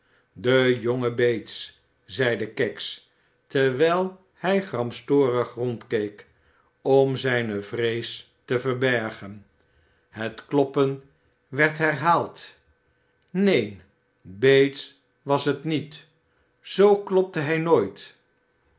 de jonge bates zeide kags terwijl hij gramstorig rondkeek om zijne vrees te verbergen het kloppen werd herhaald neen bates was het niet zoo klopte hij nooit